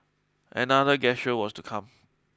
another gesture was to come